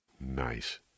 Nice